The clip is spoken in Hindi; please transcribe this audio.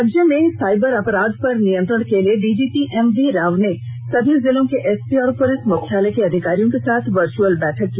राज्य में साइबर अपराध पर नियंत्रण के लिए डीजीपी एमवी राव ने सभी जिलों के एसपी और पुलिस मुख्यालय के अधिकारियों के साथ वर्चअल बैठक की